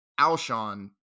Alshon